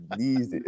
Easy